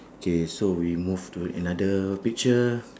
K so we move to another picture